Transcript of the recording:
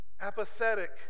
apathetic